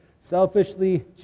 Selfishly